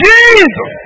Jesus